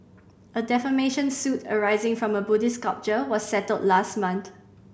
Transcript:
a defamation suit arising from a Buddhist sculpture was settled last month